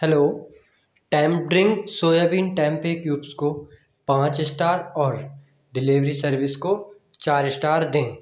hello टैमड्रिंक soyabean tempeh cubes को पाँच इस्टार और डिलेवरी सर्विस को चार इस्टार दें